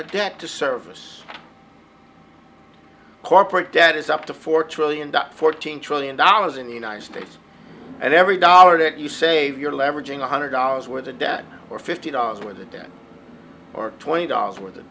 of debt to service corporate debt is up to four trillion dollars fourteen trillion dollars in the united states and every dollar that you save your leveraging one hundred dollars worth of debt or fifty dollars with a ten or twenty dollars worth of